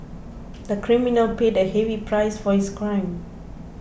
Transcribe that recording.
the criminal paid a heavy price for his crime